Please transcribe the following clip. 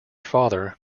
father